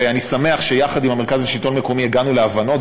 ואני שמח שיחד עם המרכז לשלטון מקומי הגענו להבנות.